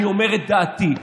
אני אומר את דעתי.